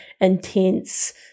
intense